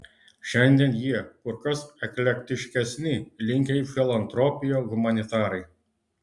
šiandien jie kur kas eklektiškesni linkę į filantropiją humanitarai